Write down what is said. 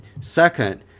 second